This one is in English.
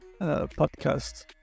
podcast